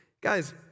Guys